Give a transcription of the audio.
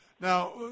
Now